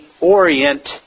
Orient